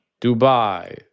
Dubai